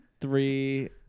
three